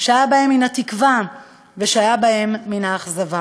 שהיה בהם מן התקווה ושהיה בהם מן האכזבה,